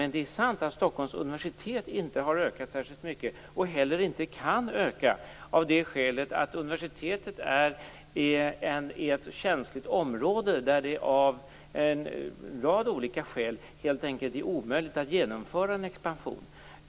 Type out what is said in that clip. Men det är sant att Stockholms universitet inte har ökat så mycket. Det kan inte öka. Universitetet befinner sig i ett känsligt område där det av en rad olika skäl är omöjligt att genomföra en expansion.